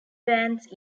bands